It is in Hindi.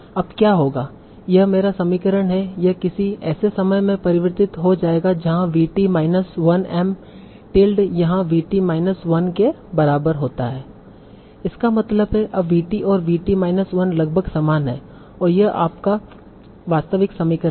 अब क्या होगा यह मेरा समीकरण है यह किसी ऐसे समय में परिवर्तित हो जाएगा जहां v t minus 1 M tilde यहाँ v t माइनस 1 के बराबर होता है इसका मतलब है अब v t और v t माइनस 1 लगभग समान हैं और यह आपका वास्तविक समीकरण है